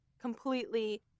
completely